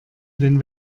den